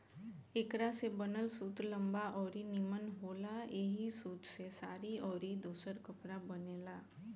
एकरा से बनल सूत लंबा अउरी निमन होला ऐही सूत से साड़ी अउरी दोसर कपड़ा बनेला